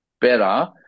better